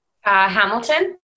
Hamilton